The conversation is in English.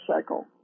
cycle